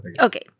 Okay